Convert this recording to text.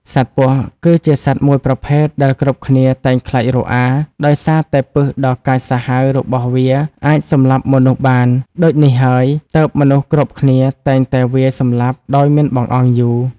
សត្វពស់ គឺជាសត្វមួយប្រភេទដែលគ្រប់គ្នាតែងខ្លាចរអា ដោយសារតែពិសដ៏កាចសាហាវរបស់វាអាចសម្លាប់មនុស្សបាន ដូចនេះហើយទើបមនុស្សគ្រប់គ្នាតែងតែវាយសម្លាប់ដោយមិនបង្អង់យូរ ។